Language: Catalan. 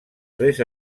tres